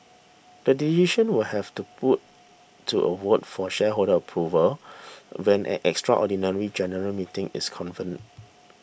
the decision will have to put to a vote for shareholder approval when an extraordinary general meeting is convened